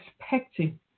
expecting